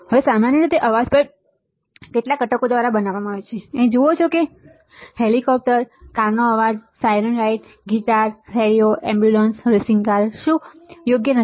હવે સામાન્ય રીતે અવાજ પણ કેટલાક ઘટકો દ્વારા બનાવવામાં આવે છે તમે અહીં જુઓ છો કે હેલિકોપ્ટર કારનો અવાજ siren right guitar radio ambulance racing car શું યોગ્ય નથી